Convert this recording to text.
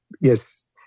Yes